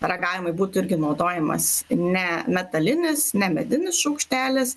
paragavimui būtų irgi naudojamas ne metalinis ne medinis šaukštelis